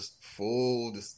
full